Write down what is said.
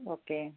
okay